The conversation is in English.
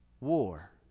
War